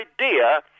idea